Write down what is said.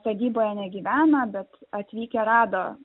ne sodyboje negyvena bet atvykę rado